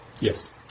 Yes